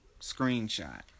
Screenshot